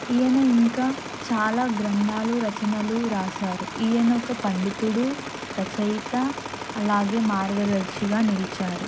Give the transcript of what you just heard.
ఈయన ఇంకా చాలా గ్రంథాలు రచనలు రాశారు ఈయన ఒక పండితుడు రచయిత అలాగే మార్గదర్శిగా నిలిచారు